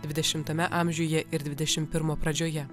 dvidešimame amžiuje ir dvidešim pirmo pradžioje